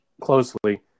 closely